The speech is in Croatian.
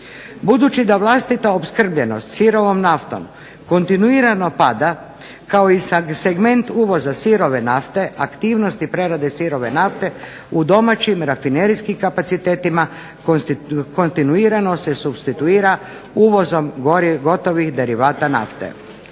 Budući da vlastita opskrbljenost sirovom naftom kontinuirano pada kao i segment uvoza sirove nafte, aktivnosti prerade sirove nafte u domaćim rafinerijskim kapacitetima kontinuirano se supstituira uvozom gotovih derivata nafte.